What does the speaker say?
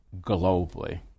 globally